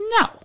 No